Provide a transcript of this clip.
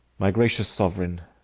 my gracious sovereign,